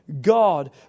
God